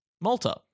Malta